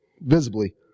visibly